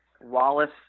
Wallace